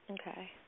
Okay